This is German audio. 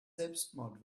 selbstmord